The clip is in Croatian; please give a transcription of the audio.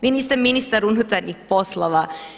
Vi niste ministar unutarnjih poslova.